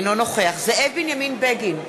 אינו נוכח זאב בנימין בגין,